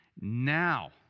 Now